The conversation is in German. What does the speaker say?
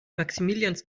maximilians